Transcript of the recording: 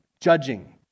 judging